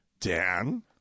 Dan